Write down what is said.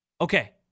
Okay